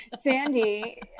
Sandy